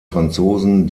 franzosen